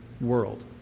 world